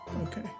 okay